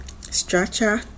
structure